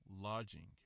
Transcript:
lodging